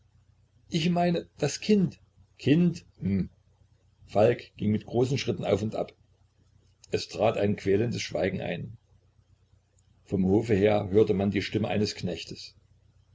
ich meine das kind kind hm falk ging mit großen schritten auf und ab es trat ein quälendes schweigen ein vom hof her hörte man die stimme eines knechtes